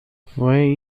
fue